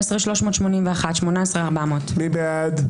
18,061 עד 18,080. מי בעד?